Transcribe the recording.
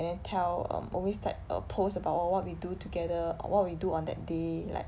and then tell um always tag a post about what we do together or what we do on that day like